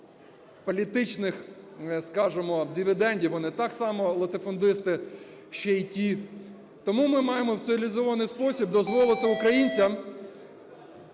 політичних, скажемо, дивідендів, вони так само латифундисти ще й ті. Тому ми маємо в цивілізований спосіб дозволити українцям